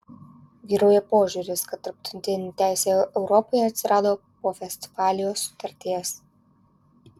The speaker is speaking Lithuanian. vyrauja požiūris kad tarptautinė teisė europoje atsirado po vestfalijos sutarties